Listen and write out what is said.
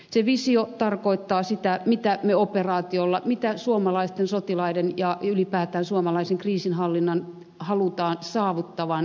se visio tarkoittaa sitä mitä me tällä operaatiolla suomalaisten sotilaiden ja ylipäätään suomalaisen kriisinhallinnan avulla halutaan saavuttaa afganistanissa